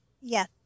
Yes